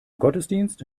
gottesdienst